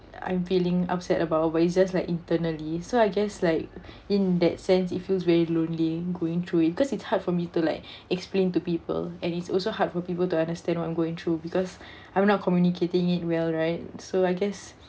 I'm feeling upset about over it's just like internally so I guess like in that sense it feels very lonely going through it cause it's hard for me to like explain to people and it's also hard for people to understand what I'm going through because I'm not communicating it well right so I guess